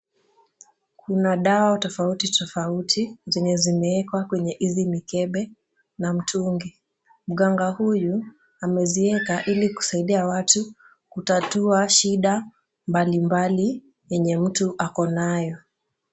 Kuna dawa tofauti tofauti zenye zimeekwa kwenye hizi mikebe na mtungi ,mganga huyu amezieka ili kusaidia watu kutatua shida mbalimbali yenye mtu ako nayo .